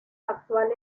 actual